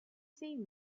seen